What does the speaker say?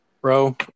bro